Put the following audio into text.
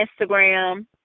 Instagram